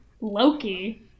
Loki